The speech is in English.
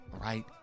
right